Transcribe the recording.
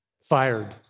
Fired